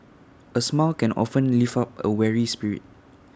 A smile can often lift up A weary spirit